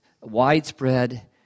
widespread